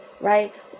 Right